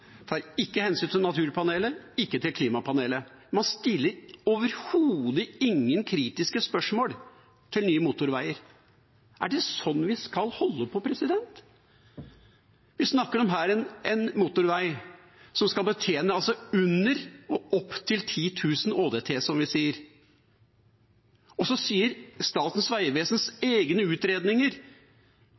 tar ikke hensyn til naturpanelet, ikke til klimapanelet. Man stiller overhodet ingen kritiske spørsmål om nye motorveier. Er det sånn vi skal holde på? Vi snakker her om en motorvei som altså skal betjene under og opptil 10 000 ÅDT, som vi sier. Så sier Statens vegvesens egne utredninger